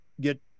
get